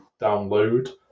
download